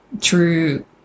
true